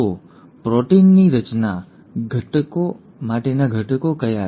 તો પ્રોટીનની રચના માટેના ઘટકો કયા છે